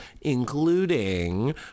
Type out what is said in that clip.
including